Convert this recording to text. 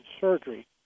surgery